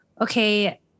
okay